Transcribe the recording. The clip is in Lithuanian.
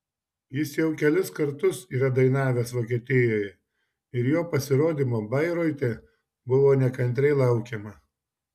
jis jau kelis kartus yra dainavęs vokietijoje ir jo pasirodymo bairoite buvo nekantriai laukiama